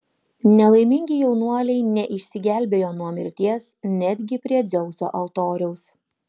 nelaimingi jaunuoliai neišsigelbėjo nuo mirties netgi prie dzeuso altoriaus